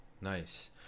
Nice